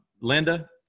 Linda